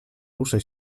ruszę